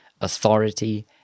authority